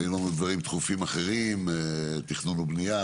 היו לנו דברים דחופים אחרים כמו תכנון ובנייה.